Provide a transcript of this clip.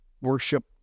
Worship